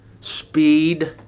speed